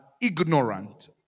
ignorant